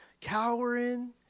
cowering